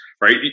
right